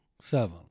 Seven